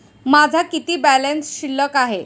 माझा किती बॅलन्स शिल्लक आहे?